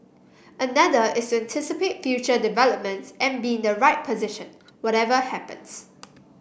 another is to anticipate future developments and be in the right position whatever happens